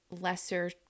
lesser